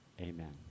Amen